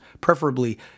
preferably